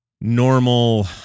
normal